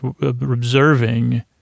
observing